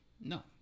No